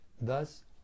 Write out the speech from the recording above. Thus